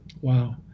Wow